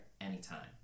anytime